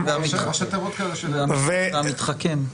אתה מתחכם.